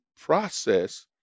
process